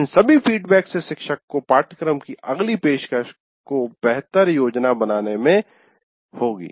इन सभी फीडबैक से शिक्षक को पाठ्यक्रम की अगली पेशकश की बेहतर योजना बनाने में सुविधा होगी